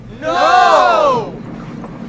No